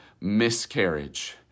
miscarriage